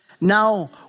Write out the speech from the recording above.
Now